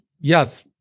yes